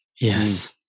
Yes